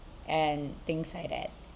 and things like that